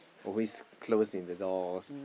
always closing the doors